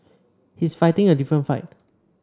he's fighting a different fight